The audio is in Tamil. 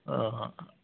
ஆஹ் ஹா